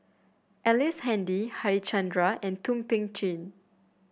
Ellice Handy Harichandra and Thum Ping Tjin